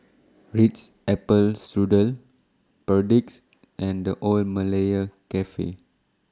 Ritz Apple Strudel Perdix and The Old Malaya Cafe